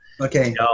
Okay